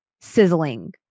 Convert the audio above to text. sizzling